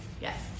Yes